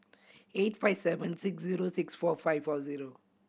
eight five seven six zero six four five four zero